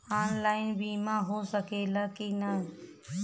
Online बीमा हो सकेला की ना?